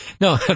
No